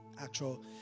actual